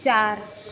ਚਾਰ